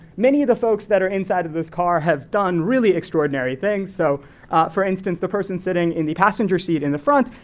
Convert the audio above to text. many of the folks that are inside of this car have done really extraordinary things. so for instance, the person sitting in the passenger seat in the front,